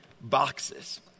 boxes